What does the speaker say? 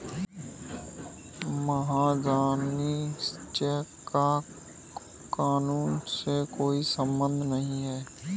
महाजनी चेक का कानून से कोई संबंध नहीं है